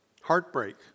Heartbreak